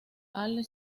all